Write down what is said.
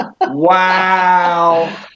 Wow